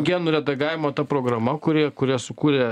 genų redagavimo ta programa kuri kurią sukūrė